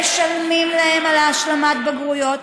משלמים להם על השלמת הבגרויות.